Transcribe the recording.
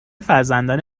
فرزندان